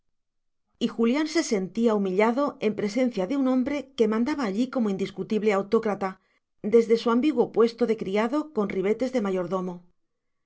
y julián se sentía humillado en presencia de un hombre que mandaba allí como indiscutible autócrata desde su ambiguo puesto de criado con ribetes de mayordomo